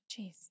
Jeez